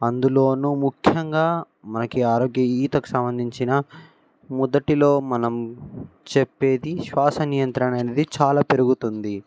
అందులోనూ ముఖ్యంగా మనకి ఆరోగ్యా ఈతకి సంబంధించిన మొదటిలో మనం చెప్పేది శ్వాస నియంత్రణ అనేది చాలా పెరుగుతుంది